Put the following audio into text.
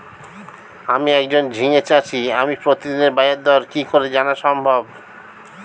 আমি একজন ঝিঙে চাষী আমি প্রতিদিনের বাজারদর কি করে জানা সম্ভব?